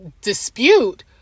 dispute